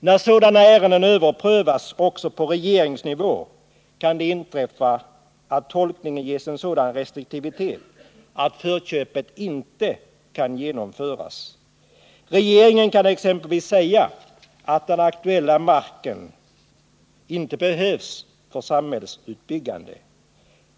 När sådana ärenden överprövas — också på regeringsnivå — kan det inträffa att tolkningen ges en sådan restriktivitet, att förköpet inte kan genomföras. Regeringen kan exempelvis säga att den aktuella marken inte behövs för samhällsutbyggande.